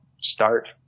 start